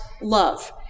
love